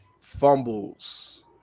fumbles